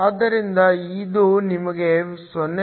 ಆದ್ದರಿಂದ ಇದು ನಿಮಗೆ 0